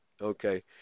Okay